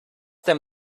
them